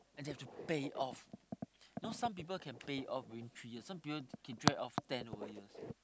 and they have to pay off you know some people can pay off during three years some people keep drag of ten over years